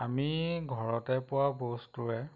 আমি ঘৰতে পোৱা বস্তুৰে